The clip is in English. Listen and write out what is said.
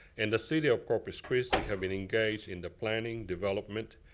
and the city of corpus christi have been engaged in the planning, development,